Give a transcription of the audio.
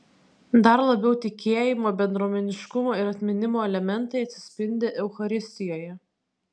dar labiau tikėjimo bendruomeniškumo ir atminimo elementai atsispindi eucharistijoje